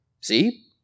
See